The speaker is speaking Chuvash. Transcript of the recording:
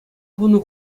хунӑ